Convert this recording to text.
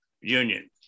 Union